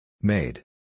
Made